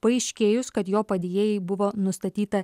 paaiškėjus kad jo padėjėjai buvo nustatyta